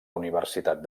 universitat